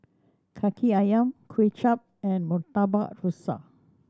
Kaki Ayam Kuay Chap and Murtabak Rusa